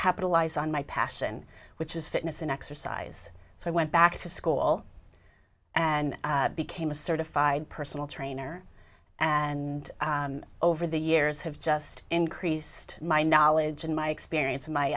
capitalize on my passion which is fitness and exercise so i went back to school and became a certified personal trainer and over the years have just increased my knowledge and my experience of my